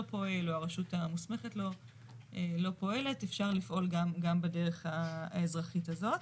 פועל או הרשות המוסמכת לא פועלת אפשר לפעול גם בדרך האזרחית הזאת,